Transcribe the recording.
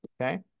okay